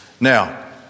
Now